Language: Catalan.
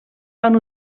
van